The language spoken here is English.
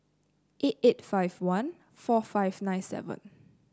eight eight five one four five nine seven